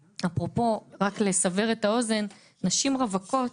אפרופו, רק לסבר את האוזן, נשים רווקות,